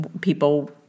people